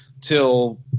till